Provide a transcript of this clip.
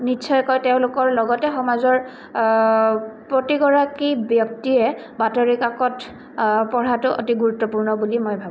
নিশ্চয়কৈ তেওঁলোকৰ লগতে সমাজৰ প্ৰতিগৰাকী ব্যক্তিয়ে বাতৰিকাকত পঢ়াটো অতি গুৰুত্বপূৰ্ণ বুলি মই ভাবোঁ